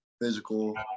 physical